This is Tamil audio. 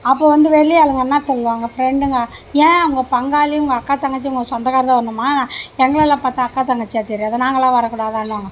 அப்போ வந்து வெளியாளுங்க என்ன சொல்லுவாங்க ஃப்ரெண்டுங்கள் என் உங்கள் பங்காளி உங்கள் அக்கா தங்கச்சி உங்கள் சொந்தக்காரர் தான் வருணுமா எங்கெலலாம் பார்த்தா அக்கா தங்கச்சியாக தெரியாதா நாங்கெலாம் வர கூடாதான்னுவாங்க